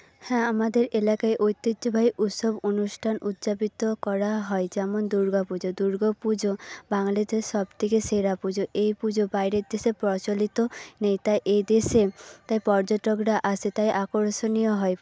হ্যাঁ আমাদের এলাকায় ঐতিহ্যবাহী উৎসব অনুষ্ঠান উদ্যাপিত করা হয় যেমন দুর্গা পুজো দুর্গা পুজো বাঙালিদের সবথেকে সেরা পুজো এই পুজো বাইরের দেশে প্রচলিত নেই তাই এই দেশে তাই পর্যটকরা আসে তাই আকর্ষণীয় হয়